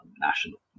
national